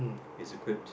is equipped